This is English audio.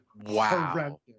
Wow